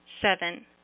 Seven